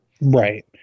right